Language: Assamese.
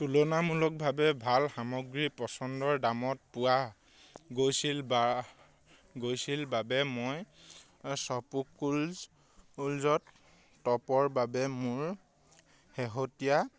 তুলনামূলকভাৱে ভাল সামগ্ৰী পচন্দৰ দামত পোৱা গৈছিল গৈছিল বাবে মই শ্বপক্লুজত টপৰ বাবে মোৰ শেহতীয়া